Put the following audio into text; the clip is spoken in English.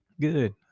good